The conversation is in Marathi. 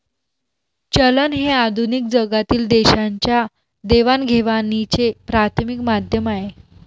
चलन हे आधुनिक जगातील देशांच्या देवाणघेवाणीचे प्राथमिक माध्यम आहे